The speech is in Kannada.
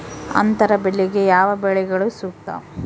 ಅಂತರ ಬೆಳೆಗೆ ಯಾವ ಬೆಳೆಗಳು ಸೂಕ್ತ?